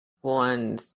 one